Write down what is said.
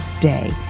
day